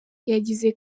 yagize